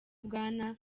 bwana